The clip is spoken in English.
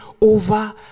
over